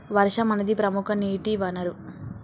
వర్షం అనేదిప్రముఖ నీటి వనరు